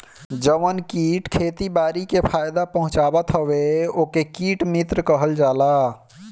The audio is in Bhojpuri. जवन कीट खेती बारी के फायदा पहुँचावत हवे ओके कीट मित्र कहल जाला